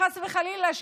חס וחלילה,